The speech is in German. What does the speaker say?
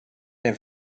der